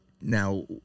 Now